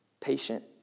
patient